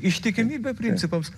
ištikimybė principams